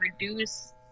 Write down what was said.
reduce